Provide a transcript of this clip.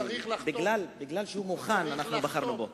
מכיוון שהוא מוכן, אנחנו בחרנו בו.